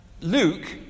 Luke